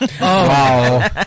wow